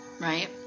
right